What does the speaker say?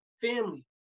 family